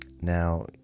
Now